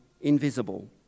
invisible